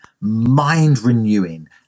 mind-renewing